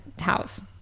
House